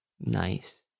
Nice